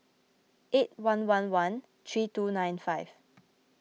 eight one one one three two nine five